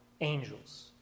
angels